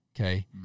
okay